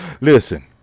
listen